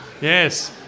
Yes